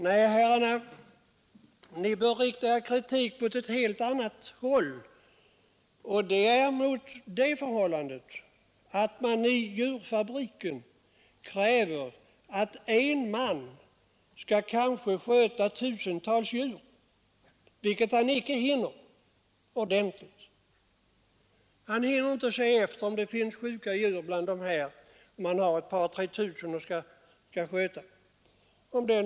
Nej, ni motionärer bör rikta er kritik åt helt annat håll, nämligen mot att man i djurfabrikerna kräver att en man skall sköta kanske tusentals djur, vilket han inte hinner med att göra ordentligt. Om han har ett par tre tusen djur att sköta hinner han inte se om det finns några sjuka djur bland dem.